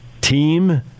team